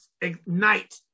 ignite